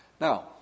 Now